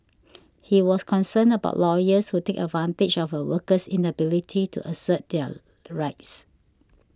he was concerned about lawyers who take advantage of a worker's inability to assert their rights